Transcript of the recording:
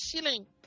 shilling